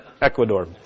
Ecuador